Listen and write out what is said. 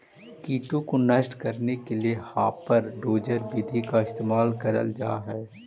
कीटों को नष्ट करने के लिए हापर डोजर विधि का इस्तेमाल करल जा हई